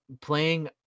playing